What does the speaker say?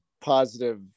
positive